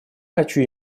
хочу